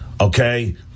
okay